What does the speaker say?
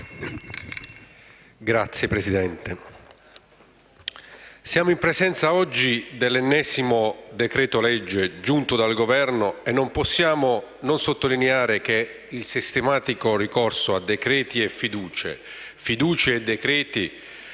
colleghi, siamo in presenza oggi dell'ennesimo decreto-legge giunto dal Governo, e non possiamo non sottolineare che il sistematico ricorso a decreti-leggi e fiducie, fiducie e decreti-legge,